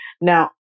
Now